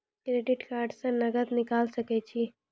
Credit card से नगद निकाल सके छी?